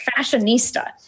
fashionista